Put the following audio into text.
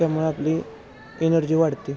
त्यामुळे आपली एनर्जी वाढते